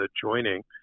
joining